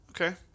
Okay